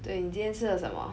对你今天吃了什么